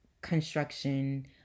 construction